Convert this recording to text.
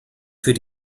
für